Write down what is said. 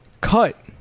cut